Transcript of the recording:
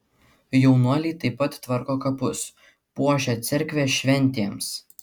jaunuoliai taip pat tvarko kapus puošia cerkvę šventėms